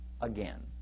again